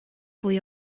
fwy